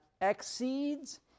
exceeds